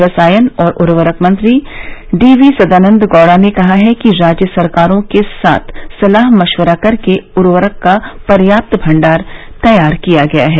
रसायन और उर्वरक मंत्री डी वी सदानंद गौड़ा ने कहा कि राज्य सरकारों के साथ सलाह मशविरा करके उर्वरक का पर्याप्त भंडार तैयार किया गया है